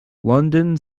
london